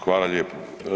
Hvala lijepo.